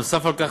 נוסף על כך,